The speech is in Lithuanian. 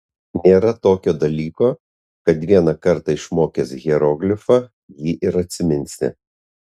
nėra tokio dalyko kad vieną kartą išmokęs hieroglifą jį ir atsiminsi